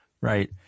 right